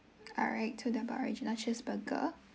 alright two the barrage large cheeseburger